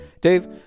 Dave